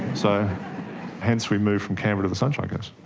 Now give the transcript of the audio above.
so hence we moved from canberra to the sunshine coast.